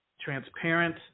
transparent